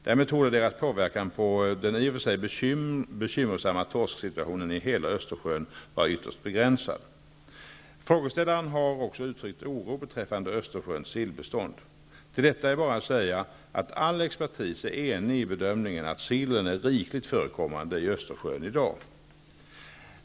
Därmed torde deras påverkan på den i och för sig bekymmersamma torsksituationen i hela Östersjön vara ytterst begränsad. Frågeställaren har också uttryckt oro beträffande Östersjöns sillbestånd. Till detta är bara att säga, att all expertis är enig i bedömningen att sillen är rikligt förekommande i Östersjön i dag.